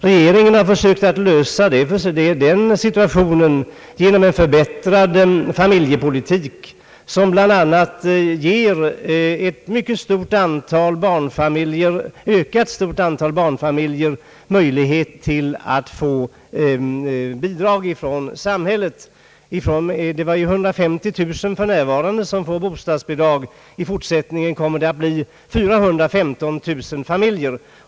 Regeringen har försökt lösa den situationen genom en förbättrad familjepolitik, som bl.a. ger ett ökat antal barnfamiljer möjlighet att få bidrag av samhället. För närvarande får 150 000 familjer bostadsbidrag; i fortsättningen kommer det att bli 415000 familjer.